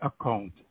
account